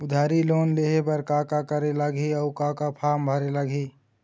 उधारी लोन लेहे बर का का करे लगही अऊ का का फार्म भरे लगही?